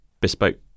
bespoke